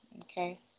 Okay